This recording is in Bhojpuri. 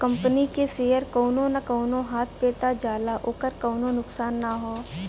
कंपनी के सेअर कउनो न कउनो हाथ मे त जाला ओकर कउनो नुकसान ना हौ